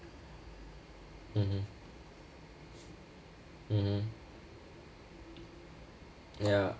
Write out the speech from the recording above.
mmhmm mmhmm ya